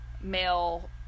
male